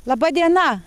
laba diena